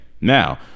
Now